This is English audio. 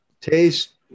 taste